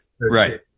right